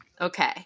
okay